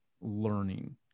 learning